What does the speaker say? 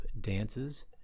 dances